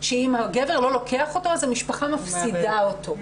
שאם הגבר לא לוקח אותו אז המשפחה מפסידה אותו.